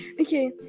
Okay